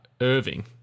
Irving